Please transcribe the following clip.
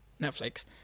Netflix